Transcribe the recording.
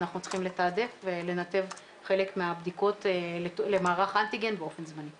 אנחנו צריכים לתעדף ולנתב חלק מהבדיקות למערך האנטיגן באופן זמני.